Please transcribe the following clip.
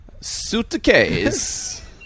Suitcase